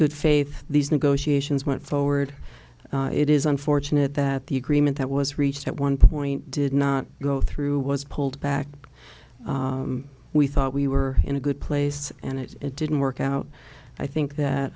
good faith these negotiations went forward it is unfortunate that the agreement that was reached at one point did not go through was pulled back we thought we were in a good place and it didn't work out i think that